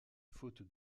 faute